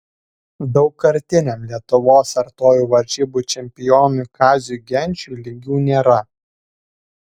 daugkartiniam lietuvos artojų varžybų čempionui kaziui genčiui lygių nėra